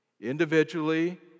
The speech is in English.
Individually